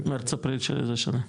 מרץ -אפריל של איזו שנה?